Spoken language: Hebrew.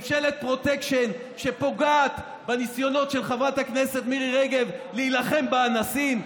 ממשלת פרוטקשן שפוגעת בניסיונות של חברת הכנסת מירי רגב להילחם באנסים.